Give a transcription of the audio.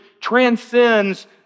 transcends